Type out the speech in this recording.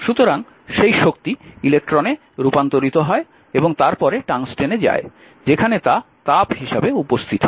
সুতরাং সেই শক্তি ইলেক্ট্রনে রূপান্তরিত হয় এবং তারপরে টাংস্টেনে যায় যেখানে তা তাপ হিসাবে উপস্থিত হয়